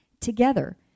together